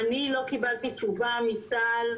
אני לא קיבלתי תשובה מצה"ל,